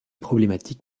problématique